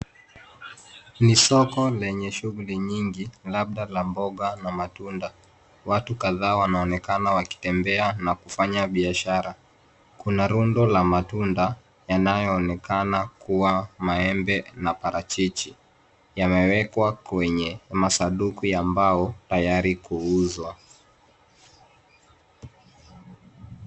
Ni soko lenye shughuli nyingi, labda la mboga na matunda. Watu kadhaa wanaonekana wakitembea na kufanya biashara. Kuna rundo la matunda yanayoonekana kuwa maembe na parachichi. Yamewekwa kwenye masunduku ya mbao tayari kuuzwa.